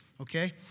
okay